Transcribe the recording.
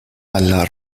alla